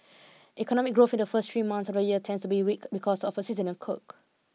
economic growth in the first three months of the year tends to be weak because of a seasonal quirk